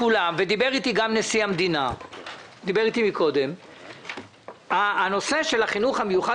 ודיבר איתי גם נשיא המדינה על הנושא של החינוך המיוחד